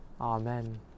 Amen